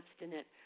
abstinent